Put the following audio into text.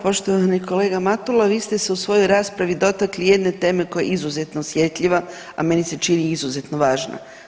Poštovani kolega Matula vi ste se u svojoj raspravi dotakli jedne teme koja je izuzetno osjetljiva, a meni se čini i izuzeto važna.